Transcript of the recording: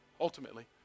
ultimately